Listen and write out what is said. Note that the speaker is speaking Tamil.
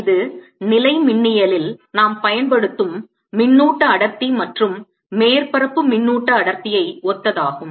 இது நிலைமின்னியல் இல் நாம் பயன்படுத்தும் மின்னூட்ட அடர்த்தி மற்றும் மேற்பரப்பு மின்னூட்ட அடர்த்தியை ஒத்ததாகும்